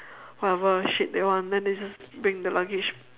whatever shit they want and then just bring the luggage